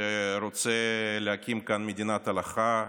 שרוצה להקים כאן מדינת הלכה,